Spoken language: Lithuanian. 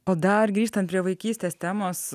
o dar grįžtant prie vaikystės temos